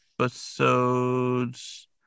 episodes